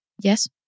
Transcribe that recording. Yes